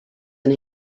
and